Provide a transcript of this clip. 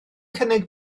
cynnig